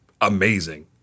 amazing